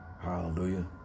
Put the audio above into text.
Hallelujah